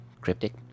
Cryptic